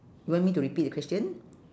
you want me to repeat the question